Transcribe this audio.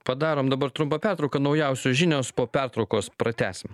padarom dabar trumpą pertrauką naujausios žinios po pertraukos pratęsim